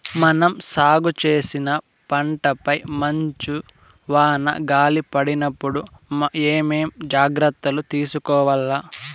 మనం సాగు చేసిన పంటపై మంచు, వాన, గాలి పడినప్పుడు ఏమేం జాగ్రత్తలు తీసుకోవల్ల?